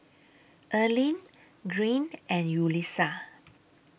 Earlene Green and Yulissa